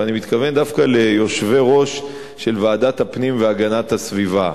ואני מתכוון דווקא ליושבי-ראש של ועדת הפנים והגנת הסביבה.